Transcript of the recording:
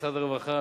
משרד הרווחה,